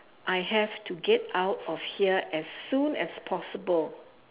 I have to get out of here as soon as possible